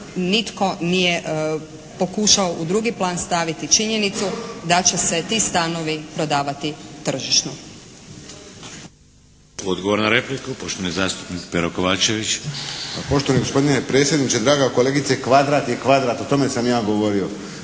nitko nije pokušao u drugi plan staviti činjenicu da će se ti stanovi prodavati tržišno. **Šeks, Vladimir (HDZ)** Odgovor na repliku, poštovani zastupnik Pero Kovačević. **Kovačević, Pero (HSP)** Pa poštovani gospodine predsjedniče, draga kolegice kvadrat je kvadrat. O tome sam ja govorio.